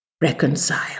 Reconcile